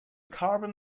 carbon